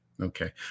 Okay